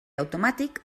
automàtic